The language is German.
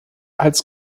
als